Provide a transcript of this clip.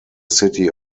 city